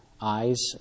Eyes